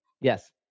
Yes